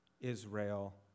Israel